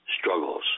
struggles